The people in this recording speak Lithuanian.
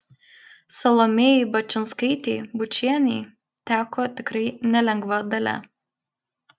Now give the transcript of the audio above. salomėjai bačinskaitei bučienei teko tikrai nelengva dalia